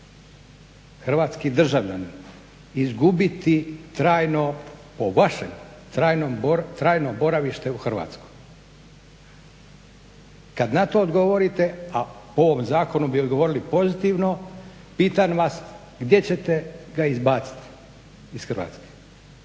hrvatski državljanin izgubiti trajno, po vašem trajno boravište u Hrvatskoj. Kad na to odgovorite, a po ovom zakonu bi odgovorili pozitivno pitam vas gdje ćete ga izbaciti iz Hrvatske